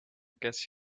guess